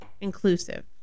inclusive